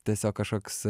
tiesiog kažkoks